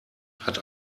hat